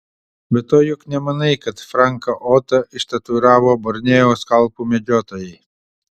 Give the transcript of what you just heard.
be to juk nemanai kad franką otą ištatuiravo borneo skalpų medžiotojai